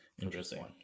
interesting